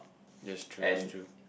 that's true that's true